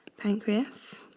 pancreas